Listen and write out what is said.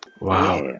wow